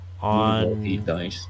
on